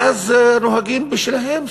ואז הם נוהגים כבשלהם.